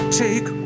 take